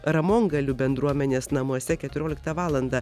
ramongalių bendruomenės namuose keturioliktą valandą